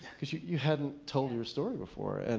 because she you hadn't told your story before. and